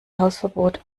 hausverbot